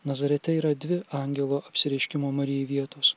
nazarete yra dvi angelo apsireiškimo marijai vietos